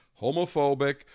homophobic